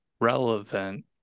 relevant